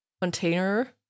container